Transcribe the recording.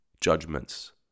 judgments